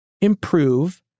improve